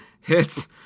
hits